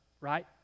right